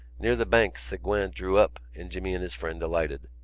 near the bank segouin drew up and jimmy and his friend alighted.